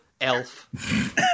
elf